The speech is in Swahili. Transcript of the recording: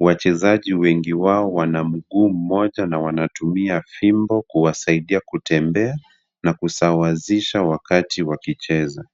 Wachezaji wengi wao wana mguu mmoja na wanatumia fimbo kuwasaidia kutembea na kusawazisha wakati wakicheza.